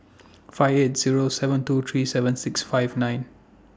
five eight Zero seven two three seven six five nine